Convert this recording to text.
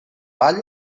vall